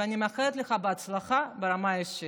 ואני מאחלת לך הצלחה ברמה האישית.